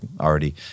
already